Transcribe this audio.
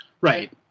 right